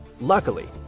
Luckily